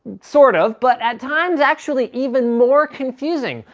sort of, but at times actually even more confusing.